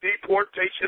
Deportation